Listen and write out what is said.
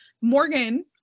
Morgan